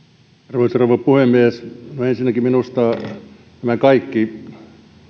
arvoisa rouva puhemies ensinnäkin minusta nämä kaikki